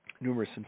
numerous